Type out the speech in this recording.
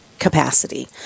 Capacity